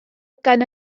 gan